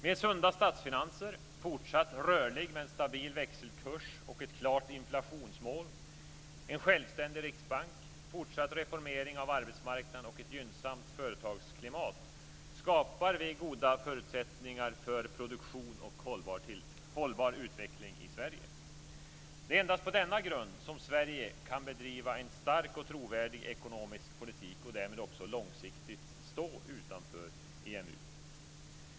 Med sunda statsfinanser, fortsatt rörlig men stabil växelkurs och ett klart inflationsmål, en självständig riksbank, fortsatt reformering av arbetsmarknaden och ett gynnsamt företagsklimat skapar vi goda förutsättningar för produktion och hållbar utveckling i Sverige. Det är endast på denna grund som Sverige kan bedriva en stark och trovärdig ekonomisk politik, och därmed också långsiktigt stå utanför EMU.